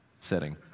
setting